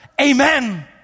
Amen